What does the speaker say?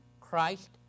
Christ